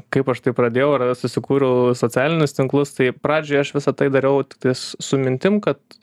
kaip aš tai pradėjau ar susikūriau socialinius tinklus tai pradžioj aš visa tai dariau tiktais su mintim kad